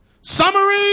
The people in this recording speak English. Summary